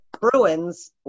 Bruins